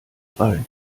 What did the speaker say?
drei